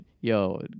yo